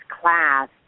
class